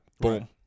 boom